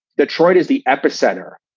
detroit is the epicenter.